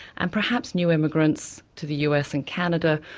and perhaps new immigrants to the us and canada,